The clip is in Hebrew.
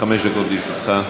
חמש דקות לרשותך.